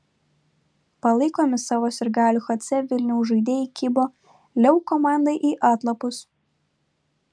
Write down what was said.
palaikomi savo sirgalių hc vilniaus žaidėjai kibo leu komandai į atlapus